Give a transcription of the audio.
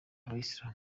abayisilamu